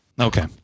Okay